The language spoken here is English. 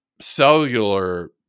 cellular